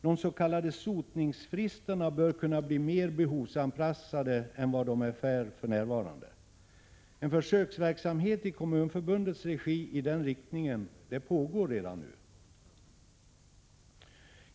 De s.k. sotningsfristerna bör kunna bli mer behovsanpassade än vad de är för närvarande. En försöksverksamhet i Kommunförbundets regi i den riktningen pågår redan nu.